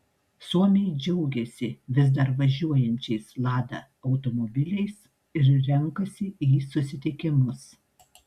suomiai džiaugiasi vis dar važiuojančiais lada automobiliais ir renkasi į susitikimus